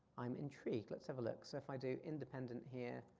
i'm intrigued, let's have a look. so if i do independent here.